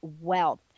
wealth